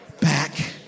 Back